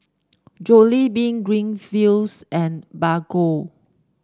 Jollibean Greenfields and Bargo